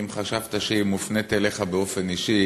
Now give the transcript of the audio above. אם חשבת שהיא מופנית אליך באופן אישי,